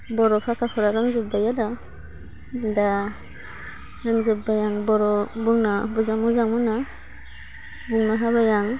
बर' भासाफोरा रोंजोब्बाय आरो दा रोंजोब्बाय आं बर' बुंना मोजां मोनो बुंनो हाबाय आं